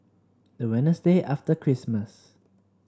the Wednesday after Christmas